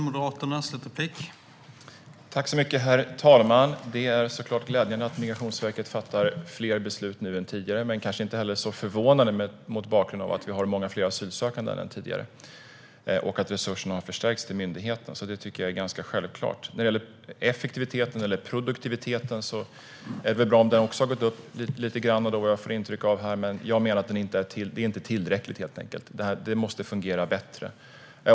Herr talman! Det är såklart glädjande att Migrationsverket fattar fler beslut nu än tidigare, men det är kanske inte så förvånande mot bakgrund av att vi har många fler asylsökande än tidigare och att resurserna har förstärkts till myndigheten. Jag tycker att det är ganska självklart. Det är bra om effektiviteten eller produktiviteten har gått upp lite grann. Men jag menar att det helt enkelt inte är tillräckligt. Det måste fungera bättre.